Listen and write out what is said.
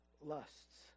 lusts